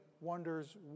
wonders